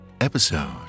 episode